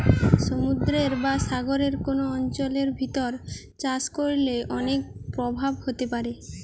সমুদ্রের বা সাগরের কোন অঞ্চলের ভিতর চাষ করলে অনেক প্রভাব হতে পারে